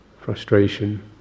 frustration